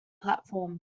platform